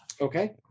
Okay